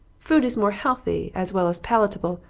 food is more healthy, as well as palatable,